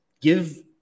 give